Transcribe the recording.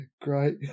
Great